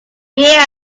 here